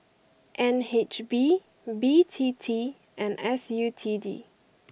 N H B B T T and S U T D